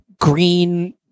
green